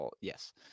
Yes